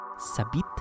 sabit